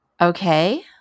Okay